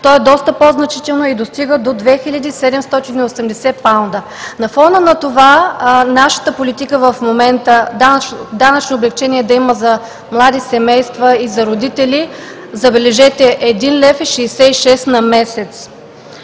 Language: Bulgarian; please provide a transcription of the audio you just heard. той е доста по-значителен и достига до 2780 паунда. На фона на това нашата политика в момента – да има данъчно облекчение за млади семейства и за родители, е, забележете, 1,66 лв. на месец.